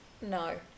No